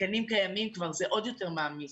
תקנים קיימים כבר וזה עוד יותר מעמיס